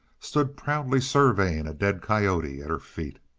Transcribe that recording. stood proudly surveying a dead coyote at her feet.